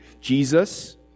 Jesus